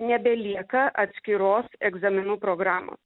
nebelieka atskiros egzaminų programų